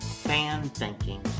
fan-thinking